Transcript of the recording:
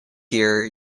year